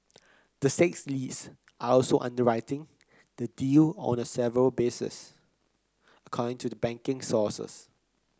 the six leads are also underwriting the deal on a several basis according to the banking sources